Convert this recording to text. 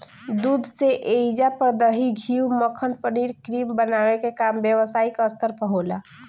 दूध से ऐइजा पर दही, घीव, मक्खन, पनीर, क्रीम बनावे के काम व्यवसायिक स्तर पर होला